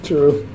True